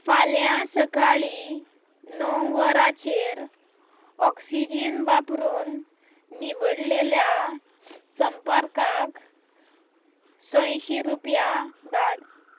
फाल्यां सकाळीं णव वरांचेर ऑक्सिजीन वापरून निवडलेल्या संपर्काक संयशीं रुपया धाड